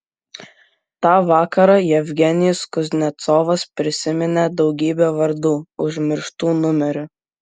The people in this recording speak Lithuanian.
tą vakarą jevgenijus kuznecovas prisiminė daugybė vardų užmirštų numerių